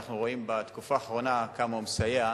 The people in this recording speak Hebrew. ואנחנו רואים בתקופה האחרונה כמה הוא מסייע,